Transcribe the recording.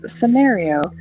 scenario